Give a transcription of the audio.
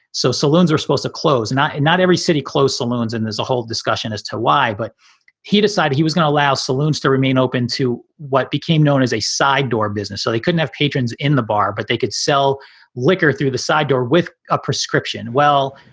so saloons are supposed to close, and not and not every city, close saloons. and there's a whole discussion as to why. but he decided he was gonna allow saloons to remain open to what became known as a side door business. so he couldn't have patrons in the bar, but they could sell liquor through the side door with a prescription. well,